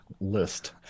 list